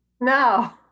No